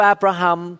Abraham